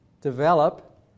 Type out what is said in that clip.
develop